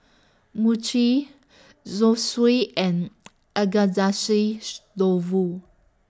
Mochi Zosui and Dofu